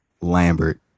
Lambert